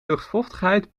luchtvochtigheid